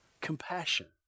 Compassion